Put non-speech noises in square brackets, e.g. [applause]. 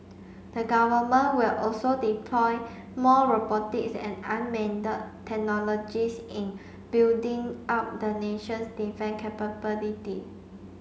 the Government will also deploy more robotics and [unintelligible] technologies in building up the nation's defence capability